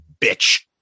bitch